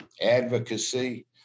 advocacy